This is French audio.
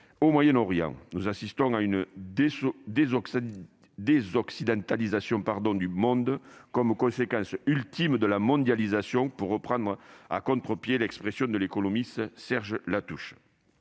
au Moyen-Orient. Nous assistons à une « désoccidentalisation » du monde comme conséquence ultime de la mondialisation, pour prendre le contrepied de l'expression de l'économiste Serge Latouche.